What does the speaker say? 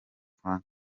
frank